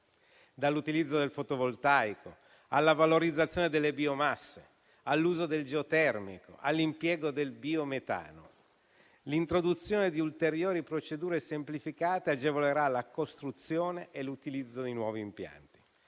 dall'utilizzo del fotovoltaico alla valorizzazione delle biomasse all'uso del geotermico all'impiego del biometano. L'introduzione di ulteriori procedure semplificate agevolerà la costruzione e l'utilizzo di nuovi impianti.